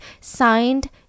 Signed